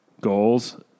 goals